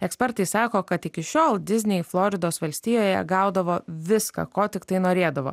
ekspertai sako kad iki šiol diznei floridos valstijoje gaudavo viską ko tiktai norėdavo